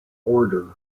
order